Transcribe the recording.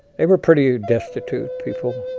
they were pretty ah destitute people.